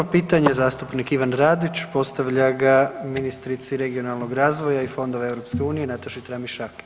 31. pitanje zastupnik Ivan Radić, postavlja ga ministrici regionalnoga razvoja i fondova EU Nataši Tramišak.